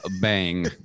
bang